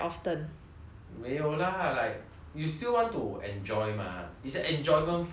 没有 lah like you still want to enjoy mah is an enjoyment food lah if you ask me